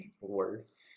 Worse